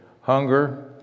hunger